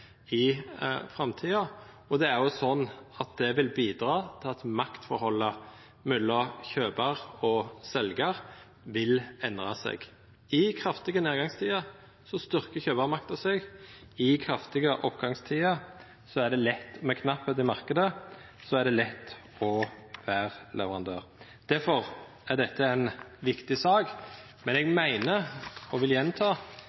i framtida, og det vil bidra til at maktforholda mellom kjøpar og seljar vil endra seg. I kraftige nedgangstider styrkjer kjøparmakta seg. I kraftige oppgangstider med knappleik i marknaden er det lett å vera leverandør. Difor er dette ei viktig sak, men eg meiner og vil gjenta: